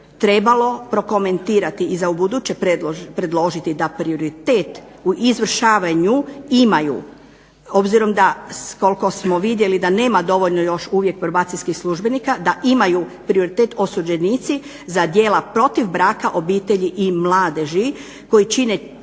trebalo prokomentirati i za ubuduće predložiti da prioritet u izvršavanju imaju, obzirom da koliko smo vidjeli da nema dovoljno još uvijek probacijskih službenika, da imaju prioritet osuđenici za djela protiv braka, obitelji i mladeži koji čine 46% među